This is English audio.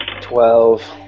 Twelve